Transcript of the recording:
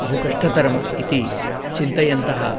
बहुकष्टतरम् इति चिन्तयन्तः